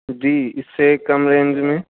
جی اس سے کم رینج میں